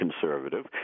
conservative